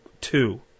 two